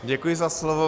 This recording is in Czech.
Děkuji za slovo.